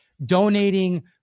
donating